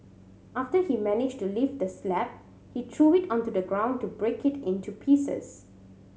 after he managed to lift the slab he threw it onto the ground to break it into pieces